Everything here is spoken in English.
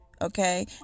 okay